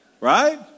Right